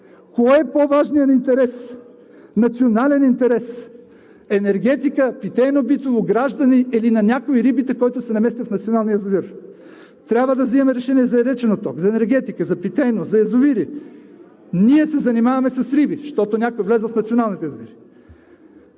Кой е по-важният ни национален интерес – енергетиката, питейно-битовото, гражданите или на някой рибите, който се намества в националния язовир?! Трябва да вземаме решение за речен отток, за енергетика, за питейно, за язовири. Ние се занимаваме с риби, защото някой влязъл в националните язовири!